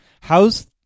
How's